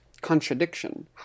contradiction